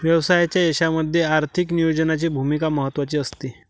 व्यवसायाच्या यशामध्ये आर्थिक नियोजनाची भूमिका महत्त्वाची असते